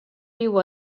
viu